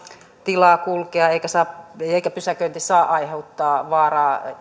tilaa kulkea eikä pysäköinti saa aiheuttaa vaaraa